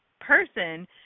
person